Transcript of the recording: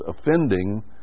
offending